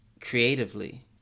creatively